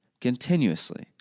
continuously